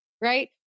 right